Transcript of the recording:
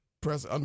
press